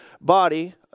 body